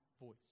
voice